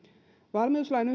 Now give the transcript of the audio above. valmiuslain